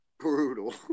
Brutal